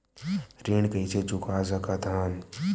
ऋण कइसे चुका सकत हन?